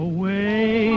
Away